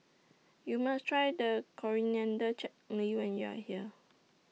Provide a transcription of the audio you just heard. YOU must Try The Coriander Chutney when YOU Are here